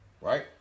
right